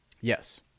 Yes